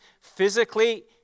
physically